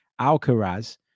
Alcaraz